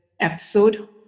episode